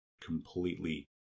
completely